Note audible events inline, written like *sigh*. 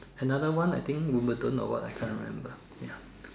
another one I think wimbleton or what I can't remember ya *noise*